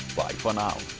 bye for now